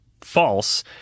false